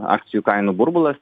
akcijų kainų burbulas